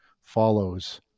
follows